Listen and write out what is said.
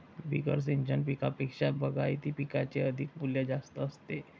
बिगर सिंचन पिकांपेक्षा बागायती पिकांचे आर्थिक मूल्य जास्त असते